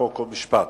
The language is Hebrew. חוק ומשפט.